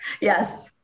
Yes